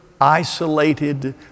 isolated